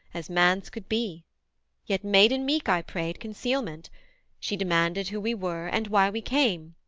as man's could be yet maiden-meek i prayed concealment she demanded who we were, and why we came?